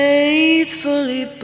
Faithfully